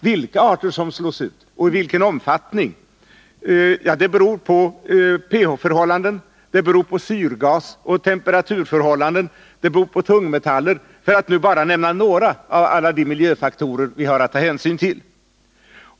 Vilka arter som slås ut och i vilken omfattning detta sker beror på pH-förhållanden, syrgasoch temperaturförhållanden, tungmetaller — för att nu bara nämna några av alla de miljöfaktorer vi har att ta hänsyn till.